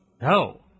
No